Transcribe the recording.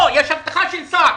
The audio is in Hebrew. פה יש הבטחה של שר,